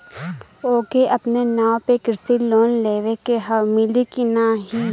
ओके अपने नाव पे कृषि लोन लेवे के हव मिली की ना ही?